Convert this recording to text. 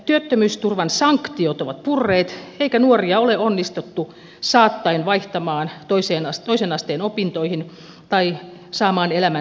työttömyysturvan sanktiot ovat purreet eikä nuoria ole onnistuttu saattaen vaihtamaan toisen asteen opintoihin tai saamaan elämän syrjästä kiinni